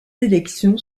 sélection